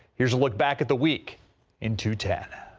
here's a look back at the week into tech.